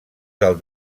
del